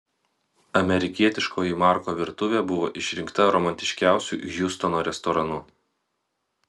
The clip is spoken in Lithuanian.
amerikietiškoji marko virtuvė buvo išrinkta romantiškiausiu hjustono restoranu